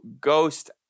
ghost